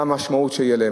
מה המשמעות שתהיה להם.